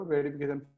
Verification